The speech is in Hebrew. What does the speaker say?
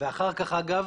ואחר כך אגב,